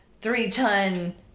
three-ton